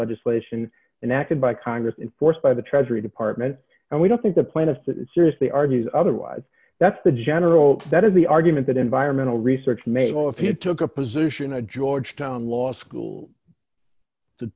legislation enacted by congress in force by the treasury department and we don't think the plan is to seriously argues otherwise that's the general that is the argument that environmental research may well if you took a position a georgetown law school to